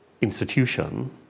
institution